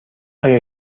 آیا